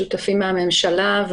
שותפים מהממשלה,